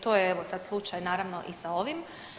To je evo sad slučaj naravno i sa ovim.